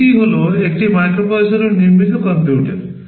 PC হল একটি মাইক্রোপ্রসেসরের নির্মিত কম্পিউটার